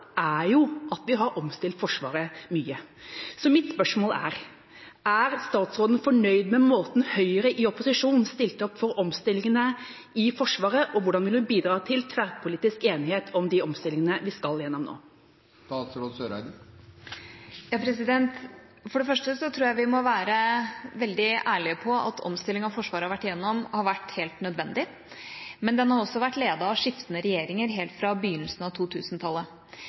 er jo at vi har omstilt Forsvaret mye. Så mitt spørsmål er: Er statsråden fornøyd med måten Høyre i opposisjon stilte opp på for omstillingene i Forsvaret, og hvordan vil hun bidra til tverrpolitisk enighet om de omstillingene vi skal gjennom nå? For det første tror jeg vi må være veldig ærlige på at omstillinga Forsvaret har vært gjennom, har vært helt nødvendig, men den har også vært ledet av skiftende regjeringer helt fra begynnelsen av